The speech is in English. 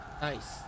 Nice